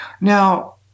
Now